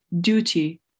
duty